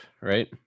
right